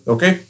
Okay